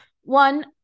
one